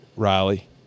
Riley